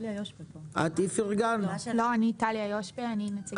אני נציגת אגף התקציבים.